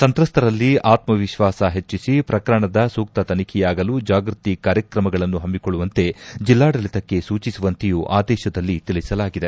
ಸಂತ್ರಸ್ತರಲ್ಲಿ ಆತ್ಮವಿಶ್ವಾಸ ಹೆಚ್ಚಿಸಿ ಪ್ರಕರಣದ ಸೂಕ್ತ ತನಿಖೆಯಾಗಲು ಜಾಗೃತಿ ಕಾರ್ಯಕ್ರಮಗಳನ್ನು ಪಮ್ಮಿಕೊಳ್ಳುವಂತೆ ಜೆಲ್ಲಾಡಳಿತಕ್ಕೆ ಸೂಚಿಸುವಂತೆಯೂ ಆದೇಶದಲ್ಲಿ ತಿಳಿಸಲಾಗಿದೆ